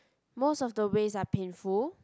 most of the ways are painful